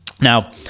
Now